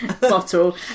bottle